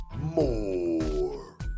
More